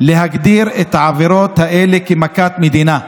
להגדיר את העבירות האלה כמכת מדינה.